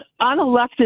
unelected